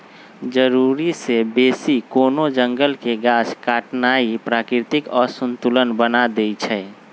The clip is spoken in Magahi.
जरूरी से बेशी कोनो जंगल के गाछ काटनाइ प्राकृतिक असंतुलन बना देइछइ